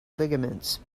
ligaments